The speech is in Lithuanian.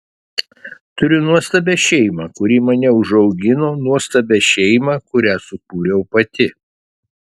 turiu nuostabią šeimą kuri mane užaugino nuostabią šeimą kurią sukūriau pati